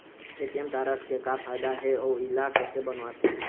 ATM card के का फायदा हे अऊ इला कैसे बनवाथे?